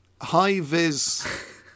high-vis